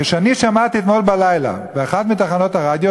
כשאני שמעתי אתמול בלילה באחת מתחנות הרדיו